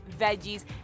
veggies